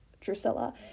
Drusilla